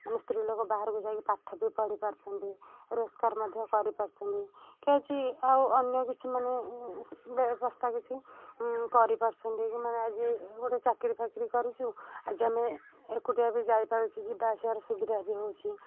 ଆମେ ସ୍ତ୍ରୀ ଲୋକ ବାହାରକୁ ଯାଇକି ପାଠ ବି ପଢ଼ି ପାରୁଛନ୍ତି ରୋଜଗାର ମଧ୍ୟ କରିପାରୁଛନ୍ତି କି ଆଜି ଆଉ ଅନ୍ୟ କିଛି ମାନେ ବ୍ୟବସ୍ଥା କିଛି କରିପାରୁଛନ୍ତି କି ମାନେ ଆଜି ଗୋଟେ ଚାକିରୀ ଫାକିରୀ କରିଛୁ ଆଜି ଆମେ ଏକୁଟିଆ ବି ଯାଇପାରୁଛୁ ଯିବା ଆସିବାର ସୁବିଧା ବି ହେଉଛି